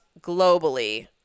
globally